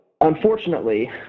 unfortunately